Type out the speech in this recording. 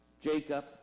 Jacob